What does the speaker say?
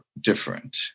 different